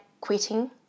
quitting